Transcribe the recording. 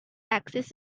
axis